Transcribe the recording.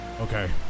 Okay